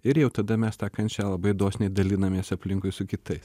ir jau tada mes ta kančia labai dosniai dalinamės aplinkui su kitais